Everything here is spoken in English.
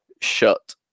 shut